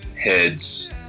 Heads